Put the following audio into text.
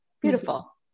beautiful